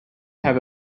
have